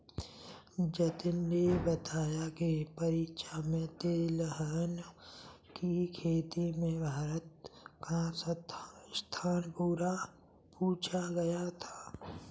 जतिन ने बताया की परीक्षा में तिलहन की खेती में भारत का स्थान पूछा गया था